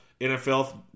NFL